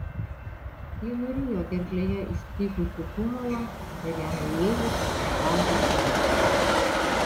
ji nurijo gerklėje įstrigusį tumulą ir jam įėjus uždarė duris